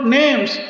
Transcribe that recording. names